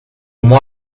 moi